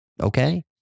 Okay